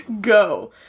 go